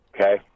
okay